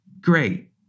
Great